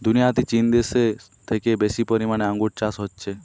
দুনিয়াতে চীন দেশে থেকে বেশি পরিমাণে আঙ্গুর চাষ হচ্ছে